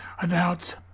announce